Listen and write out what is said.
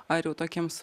ar jau tokiems